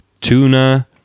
tuna